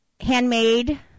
handmade